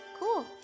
cool